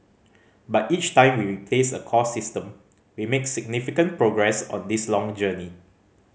but each time we replace a core system we make significant progress on this long journey